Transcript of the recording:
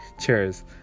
Cheers